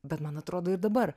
bet man atrodo ir dabar